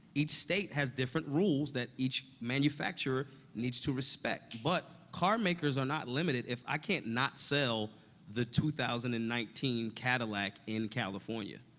each state has different rules that each manufacturer needs to respect, but car makers are not limited. i can't not sell the two thousand and nineteen cadillac in california.